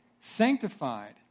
sanctified